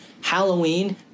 Halloween